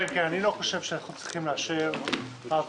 אני לא חושב שאנחנו צריכים לאשר העברות